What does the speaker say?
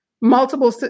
multiple